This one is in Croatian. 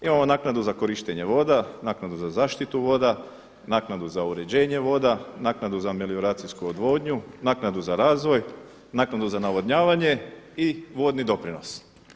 Imamo naknadu za korištenje voda, naknadu za zaštitu voda, naknadu za uređenje voda, naknadu za melioracijsku odvodnju, naknadu za razvoj, naknadu za navodnjavanje i vodni doprinos.